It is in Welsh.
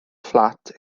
fflat